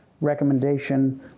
recommendation